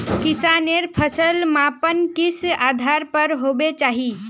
किसानेर फसल मापन किस आधार पर होबे चही?